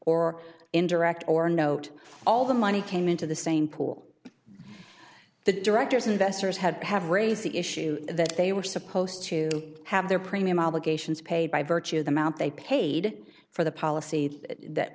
or indirect or a note all the money came into the same pool the directors investors had have raised the issue that they were supposed to have their premium obligations paid by virtue of the mt they paid for the policy that